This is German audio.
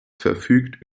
verfügt